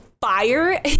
fire